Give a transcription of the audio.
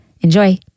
Enjoy